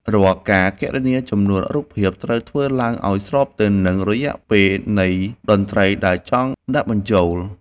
រាល់ការគណនាចំនួនរូបភាពត្រូវធ្វើឱ្យស្របទៅនឹងរយៈពេលនៃតន្ត្រីដែលចង់ដាក់បញ្ចូល។